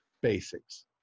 basics